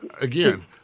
again